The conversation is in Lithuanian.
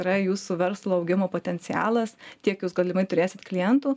yra jūsų verslo augimo potencialas tiek jūs galimai turėsit klientų